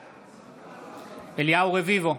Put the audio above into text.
בעד אליהו רביבו,